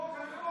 קשקוש.